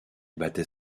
battait